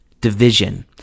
division